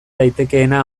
daitekeena